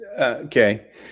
Okay